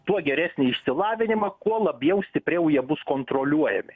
tuo geresnį išsilavinimą kuo labiau stipriau jie bus kontroliuojami